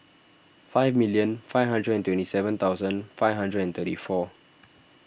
five million five hundred and twenty seven thousand five hundred and thirty four